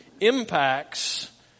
impacts